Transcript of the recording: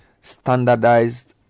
standardized